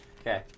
Okay